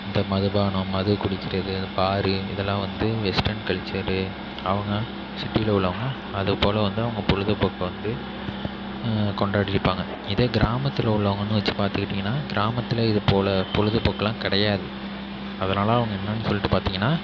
இந்த மதுபானம் மது குடிக்கிறது இந்த பாரு இதெலாம் வந்து வெஸ்டென் கல்ச்சரு அவங்க சிட்டியில் உள்ளவங்க அதுபோல் வந்து அவங்க பொழுதுபோக்கை வந்து கொண்டாடியிருப்பாங்க இதே கிராமத்தில் உள்ளவங்கென்னு வச்சு பார்த்துக்கிட்டிங்ன்னா கிராமத்தில் இது போல் பொழுதுபோக்கெலாம் கிடையாது அதனால் அவங்க என்னென்னு சொல்லிட்டு பார்த்திங்ன்னா